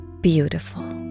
beautiful